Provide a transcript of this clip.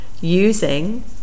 using